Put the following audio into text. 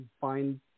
find